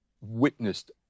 witnessed